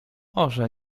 może